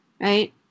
right